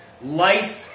Life